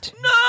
No